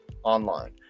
online